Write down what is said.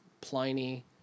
Pliny